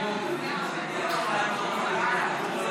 19. אני קובע